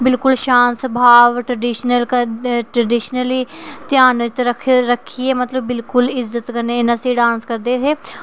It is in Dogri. बिल्कुल शांत स्वभाव ट्रडिशनल क ट्रडिशनली ध्यान च रक्ख रक्खियै मतलब बिल्कुल इज्जत कन्नै इन्ना स्हेई डांस करदे हे